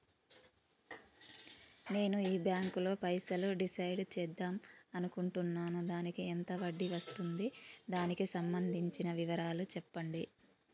నేను ఈ బ్యాంకులో పైసలు డిసైడ్ చేద్దాం అనుకుంటున్నాను దానికి ఎంత వడ్డీ వస్తుంది దానికి సంబంధించిన వివరాలు చెప్పండి?